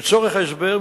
לצורך ההסבר,